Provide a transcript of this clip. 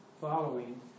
following